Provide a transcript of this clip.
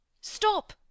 Stop